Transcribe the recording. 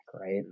right